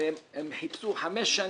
הם חיפשו חמש שנים.